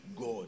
God